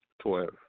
Twelve